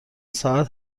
ساعت